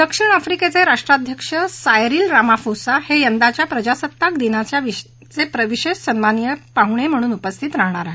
दक्षिण अफ्रिकेचे राष्ट्राध्यक्ष सायरिल रामाफोसा हे यंदाच्या प्रजासत्ताक दिनाचे विशेष सन्माननीय पाहुणे म्हणून उपस्थित रहाणार आहेत